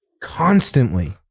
constantly